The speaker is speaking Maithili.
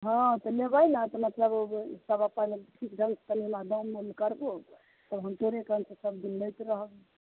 हाँ तऽ लेबय नहि तऽ मतलब सभ अपन ठीक ढङ्गसँ कनिमे दाम ओम करबो तऽ हम तोरे दोकानसँ सभदिन लैत रहब